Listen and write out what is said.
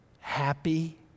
happy